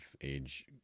age